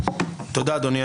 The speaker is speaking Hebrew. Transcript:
תודה, אדוני.